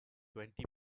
twenty